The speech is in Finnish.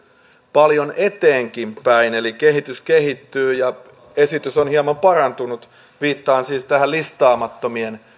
paljon eteenkinpäin eli kehitys kehitty ja esitys on hieman parantunut viittaan siis tähän listaamattomien